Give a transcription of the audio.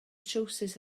trowsus